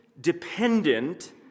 dependent